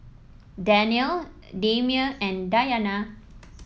Danial Damia and Dayana